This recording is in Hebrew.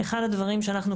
אחד הדברים שאנחנו,